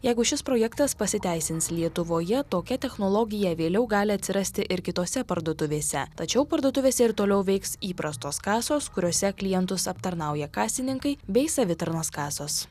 jeigu šis projektas pasiteisins lietuvoje tokia technologija vėliau gali atsirasti ir kitose parduotuvėse tačiau parduotuvėse ir toliau veiks įprastos kasos kuriose klientus aptarnauja kasininkai bei savitarnos kasos